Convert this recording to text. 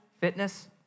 fitness